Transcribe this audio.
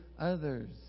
others